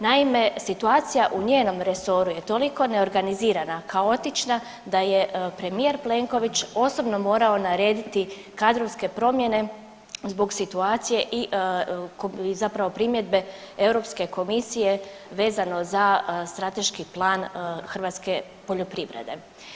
Naime, situacija u njenom resoru je toliko neorganizirana, kaotična, da je premijer Plenković osobno morao narediti kadrovske promjene zbog situacije i zapravo primjedbe EU komisije vezano za strateški plan hrvatske poljoprivrede.